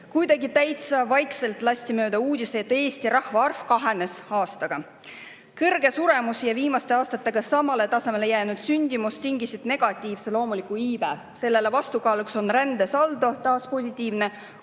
Kuidagi täitsa vaikselt lasti mööda uudis, et Eesti rahvaarv on aastaga kahanenud. Kõrge suremus ja viimaste aastatega samale tasemele jäänud sündimus tingisid negatiivse loomuliku iibe. Sellele vastukaaluks on rändesaldo taas positiivne.